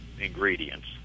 ingredients